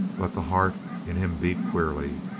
but the heart in him beat queerly.